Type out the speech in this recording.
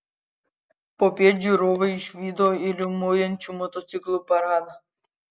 popiet žiūrovai išvydo ir riaumojančių motociklų paradą